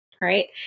Right